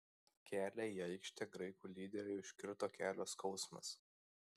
kelią į aikštę graikų lyderiui užkirto kelio skausmas